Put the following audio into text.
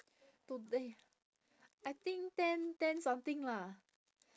today I think ten ten something lah